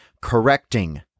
correcting